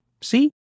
See